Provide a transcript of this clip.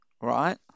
right